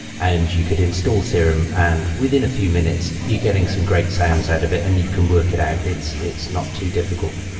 and you could install serum, and within a few minutes you're getting some great sounds out of it and you can work it out. it's it's not too difficult.